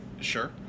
sure